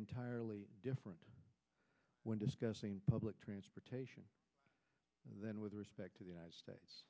entirely different when discussing public transportation then with respect to the united states